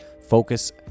focus